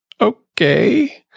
okay